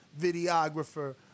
videographer